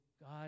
God